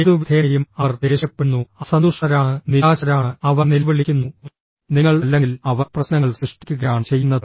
ഏതുവിധേനയും അവർ ദേഷ്യപ്പെടുന്നു അസന്തുഷ്ടരാണ് നിരാശരാണ് അവർ നിലവിളിക്കുന്നു നിങ്ങൾ അല്ലെങ്കിൽ അവർ പ്രശ്നങ്ങൾ സൃഷ്ടിക്കുകയാണ് ചെയ്യുന്നത്